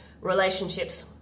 relationships